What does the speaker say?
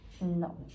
No